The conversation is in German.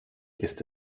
ist